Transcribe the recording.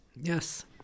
yes